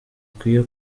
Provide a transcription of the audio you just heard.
ukwiye